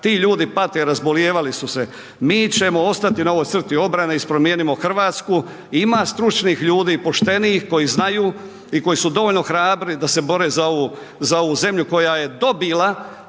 ti ljudi pate, razbolijevali su se, mi ćemo ostati na ovoj crti obrane iz Promijenimo Hrvatsku, ima stručnih ljudi, poštenih koji znaju i koji su dovoljno hrabri da se bore za ovu, za ovu zemlju koja je dobila,